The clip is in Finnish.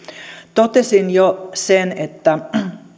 totesin jo sen että